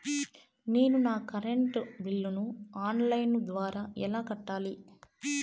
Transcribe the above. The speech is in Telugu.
నేను నా కరెంటు బిల్లును ఆన్ లైను ద్వారా ఎలా కట్టాలి?